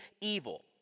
evil